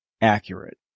accurate